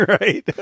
right